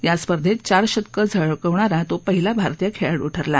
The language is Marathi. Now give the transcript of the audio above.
या स्पर्धेत चार शतकं झळकवणारा तो पहिला भारतीय ठरला